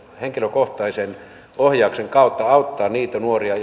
henkilökohtaisen ohjauksen kautta auttaa niitä nuoria